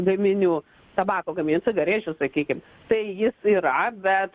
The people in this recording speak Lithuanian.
gaminių tabako gaminių cigarečių sakykim tai jis yra bet